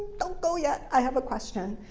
don't go yet. i have a question.